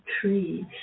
trees